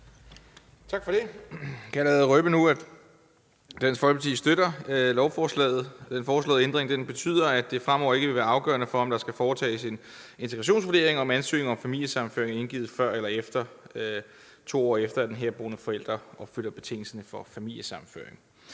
Tak for det. Jeg kan allerede røbe nu, at Dansk Folkeparti støtter lovforslaget. Den foreslåede ændring betyder, at det fremover ikke vil være afgørende for, om der skal foretages integrationsvurdering, om ansøgning om familiesammenføring er indgivet, mere eller mindre end 2 år efter at den herboende forælder opfylder betingelserne for familiesammenføring.